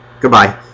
Goodbye